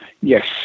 Yes